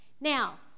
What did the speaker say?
Now